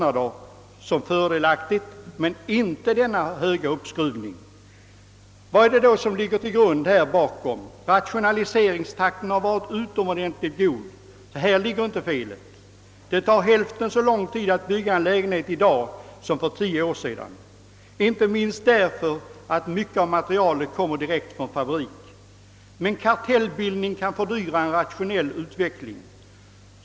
Vad är det då som ligger bakom denna uppskruvning av kostnaderna? Rationaliseringstakten har varit utomordentligt god, så felet ligger inte där. Det tar hälften så lång tid att bygga en lägenhet i dag som för tio år sedan, inte minst därför att mycket av materialet kommer direkt från fabrik. Men kartellbildning kan fördyra en rationell utveckling.